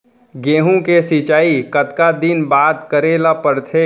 गेहूँ के सिंचाई कतका दिन बाद करे ला पड़थे?